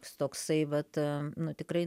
toksai vat nu tikrai